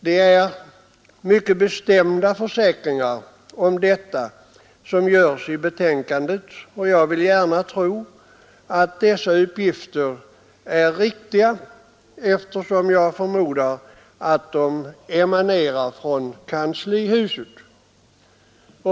Det är mycket bestämda försäkringar härom som görs i betänkandet, och jag vill gärna tro att dessa uppgifter är riktiga, eftersom jag förmodar att de emanerar från kanslihuset.